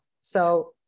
So-